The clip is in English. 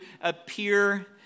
appear